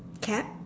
cap